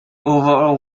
overall